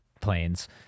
planes